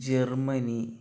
Germany